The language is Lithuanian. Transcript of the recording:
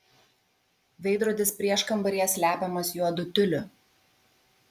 veidrodis prieškambaryje slepiamas juodu tiuliu